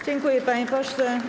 Dziękuję, panie pośle.